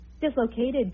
dislocated